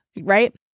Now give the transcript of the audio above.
right